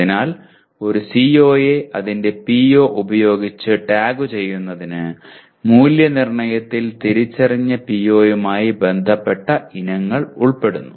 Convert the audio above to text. അതിനാൽ ഒരു COയെ അതിന്റെ PO ഉപയോഗിച്ച് ടാഗുചെയ്യുന്നതിന് മൂല്യനിർണ്ണയത്തിൽ തിരിച്ചറിഞ്ഞ POയുമായി ബന്ധപ്പെട്ട ഇനങ്ങൾ ഉൾപ്പെടുന്നു